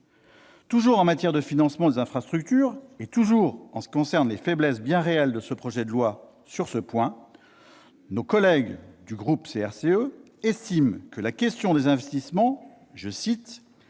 Toujours en matière de financement des infrastructures, et toujours en ce qui concerne les faiblesses bien réelles de ce projet de loi sur ce point, nos collègues du groupe CRCE estiment que la question des investissements « reste